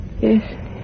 Yes